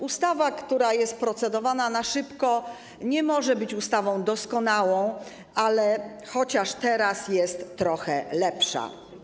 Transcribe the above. Ustawa, która jest procedowana na szybko, nie może być ustawą doskonałą, ale chociaż teraz jest trochę lepsza.